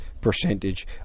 percentage